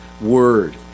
word